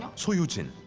so yujin